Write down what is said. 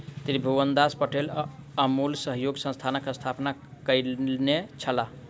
त्रिभुवनदास पटेल अमूल सहयोगी संस्थानक स्थापना कयने छलाह